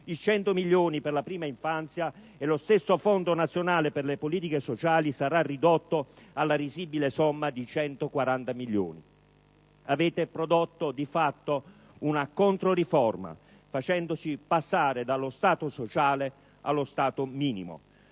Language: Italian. i 100 milioni per la prima infanzia e lo stesso Fondo nazionale per le politiche sociali sarà ridotto alla risibile somma di 140 milioni. Avete prodotto, di fatto, una controriforma, facendoci passare dallo Stato sociale allo Stato minimo.